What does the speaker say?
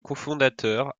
cofondateur